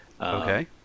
Okay